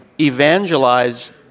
evangelize